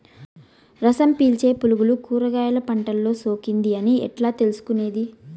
రసం పీల్చే పులుగులు కూరగాయలు పంటలో సోకింది అని ఎట్లా తెలుసుకునేది?